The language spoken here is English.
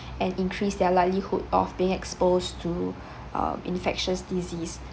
and increase their likelihood of being exposed to uh infectious disease